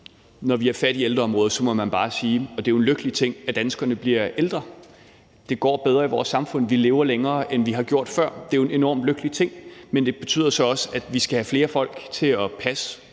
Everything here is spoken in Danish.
når vi har fat i ældreområdet, må man bare sige – og det er jo en lykkelig ting – at danskerne bliver ældre. Det går bedre i vores samfund. Vi lever længere, end vi har gjort før. Det er jo en enormt lykkelig ting, men det betyder så også, at vi skal have flere folk til at passe